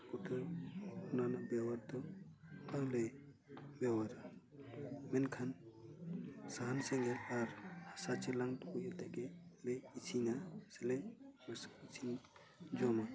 ᱚᱱᱟ ᱠᱟᱛᱮ ᱚᱱᱟ ᱨᱮᱭᱟᱜ ᱫᱮᱣᱟᱛ ᱫᱚ ᱵᱮᱣᱦᱟᱨᱟ ᱢᱮᱱᱠᱷᱟᱱ ᱥᱟᱦᱟᱱ ᱥᱮᱸᱜᱮᱞ ᱟᱨ ᱦᱟᱥᱟ ᱪᱮᱞᱟᱝ ᱴᱩᱠᱩᱪ ᱨᱮᱜᱮᱞᱮ ᱤᱥᱤᱱᱟ ᱥᱮᱞᱮ ᱵᱮᱥᱤ ᱠᱤᱪᱷᱩ ᱞᱮ ᱡᱚᱢᱟ